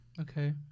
Okay